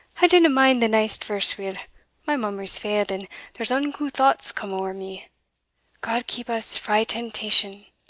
i dinna mind the neist verse weel my memory's failed, and theres unco thoughts come ower me god keep us frae temptation!